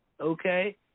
Okay